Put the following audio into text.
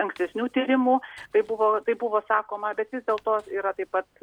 ankstesnių tyrimų tai buvo tai buvo sakoma bet vis dėlto yra taip pat